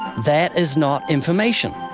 that is not information.